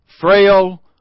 frail